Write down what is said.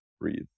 breathe